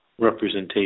representation